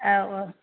औ औ